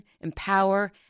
empower